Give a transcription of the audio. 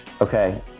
okay